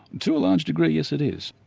to a large degree, yes, it is.